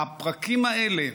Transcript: הפרקים האלה